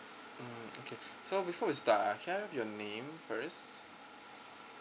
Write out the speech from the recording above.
mm okay so before we start ah can I have your name first